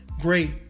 great